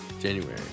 January